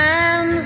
Man